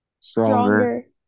Stronger